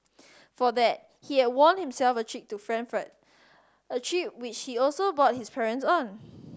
for that he had won himself a trip to Frankfurt a trip which he also brought his parents on